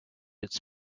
its